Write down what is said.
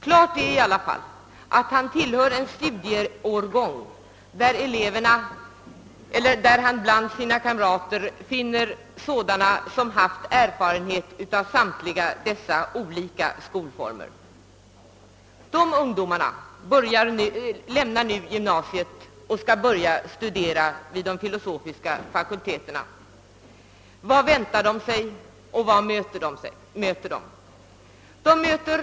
Klart är att gymnasisten tillhör en studieårgång där han bland sina kamrater finner sådana som haft erfarenheter av alla dessa olika skolformer. Dessa ungdomar lämnar nu gymnasiet för att börja studera vid de filosofiska fakulteterna. Vilka förhållanden möter de då i verkligheten?